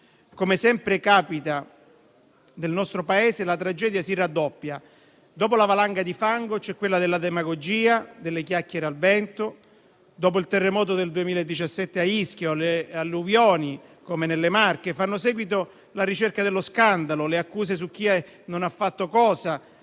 Come sempre capita nel nostro Paese, la tragedia si raddoppia: dopo la valanga di fango c'è quella della demagogia, delle chiacchiere al vento. Dopo il terremoto del 2017 a Ischia o le alluvioni, come quella nelle Marche, hanno fatto seguito la ricerca dello scandalo, le accuse su chi non ha fatto cosa,